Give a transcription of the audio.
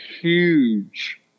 huge